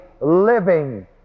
living